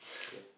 okay